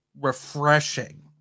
refreshing